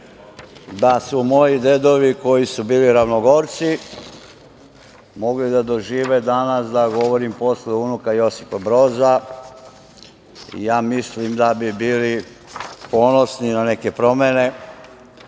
da su moji dedovi koji su bili Ravnogorci, mogli da dožive danas da govorim posle unuka Josipa Broza, ja mislim da bi bili ponosni na neke promene